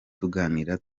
tukaganira